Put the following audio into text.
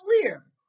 clear